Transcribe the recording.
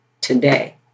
today